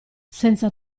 senza